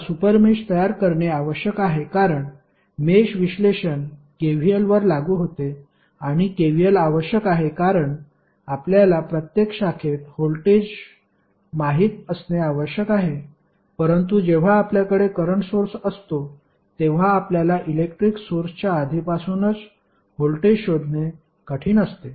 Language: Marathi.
आता सुपर मेष तयार करणे आवश्यक आहे कारण मेष विश्लेषण KVL वर लागू होते आणि KVL आवश्यक आहे कारण आपल्याला प्रत्येक शाखेत व्होल्टेज माहित असणे आवश्यक आहे परंतु जेव्हा आपल्याकडे करंट सोर्स असतो तेव्हा आपल्याला इलेक्ट्रिक सोर्सच्या आधीपासूनच व्होल्टेज शोधणे कठीण असते